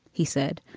he said.